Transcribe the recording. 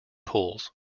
pulls